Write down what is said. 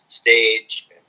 stage